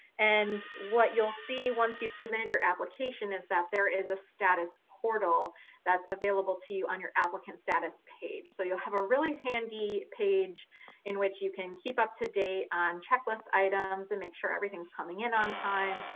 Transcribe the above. and what you'll see once you've submitted your application is that there is a status portal that's available to you on your applicant status page. so you'll have a really handy page in which you can keep up-to-date on checklist items and make sure everything's coming in on time.